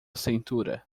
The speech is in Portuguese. cintura